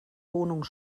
wohnung